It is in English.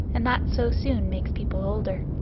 and that so soon makes people older.